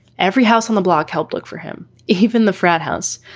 every house on the block helped look for him, even the frat house.